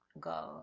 go